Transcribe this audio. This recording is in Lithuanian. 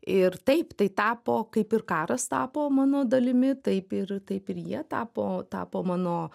ir taip tai tapo kaip ir karas tapo mano dalimi taip ir taip ir jie tapo tapo mano